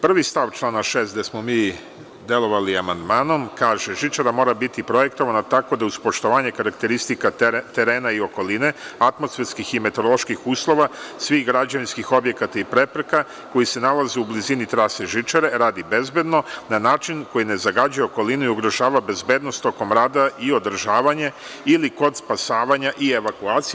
Prvi stav člana 6. gde smo mi delovali amandmanom kaže –Žičara mora biti projektovana tako da uz poštovanje karakteristika terena i okoline, atmosferskih i meteoroloških uslova, svih građevinskih objekata i prepreka koji se nalaze u blizini trase i žičare radi bezbedno na način koji ne zagađuje okolinu i ugrožava bezbednost tokom rada i održavanje ili kod spasavanja i evakuacije.